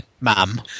ma'am